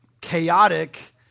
chaotic